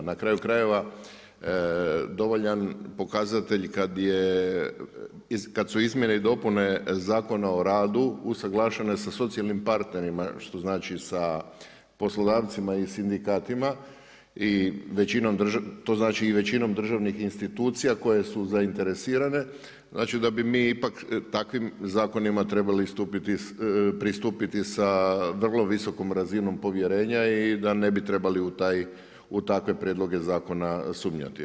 Na kraju krajeva dovoljan pokazatelj kad su izmjene i dopune Zakona o radu, usuglašene sa socijalnim partnerima što znači sa poslodavcima i sindikatima, to znači i većinom državnih institucija koje su zainteresirane, znači da bi mi ipak takvim zakonima trebali pristupiti sa vrlo visokom razinom povjerenja i da ne bi trebali u takve prijedloge zakona sumnjati.